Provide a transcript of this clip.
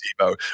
Debo